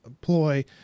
ploy